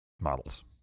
Models